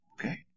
Okay